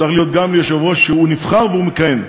כך צריך להיות גם יושב-ראש שהוא נבחר והוא מכהן.